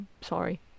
sorry